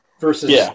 versus